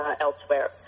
elsewhere